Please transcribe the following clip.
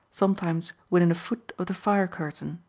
sometimes within a foot of the fire curtain.